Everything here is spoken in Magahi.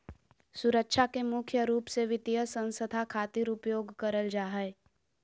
सुरक्षा के मुख्य रूप से वित्तीय संस्था खातिर उपयोग करल जा हय